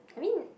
I mean